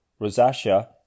rosacea